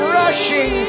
rushing